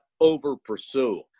over-pursue